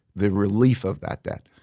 the relief of that debt.